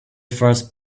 first